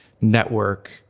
network